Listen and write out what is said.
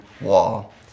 Wall